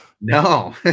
No